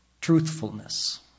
truthfulness